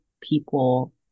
people